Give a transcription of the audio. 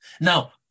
now